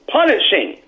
punishing